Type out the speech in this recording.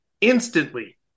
instantly